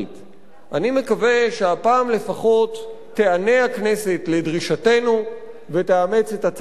אני מקווה שהפעם לפחות תיענה הכנסת לדרישתנו ותאמץ את הצעת החוק הזה.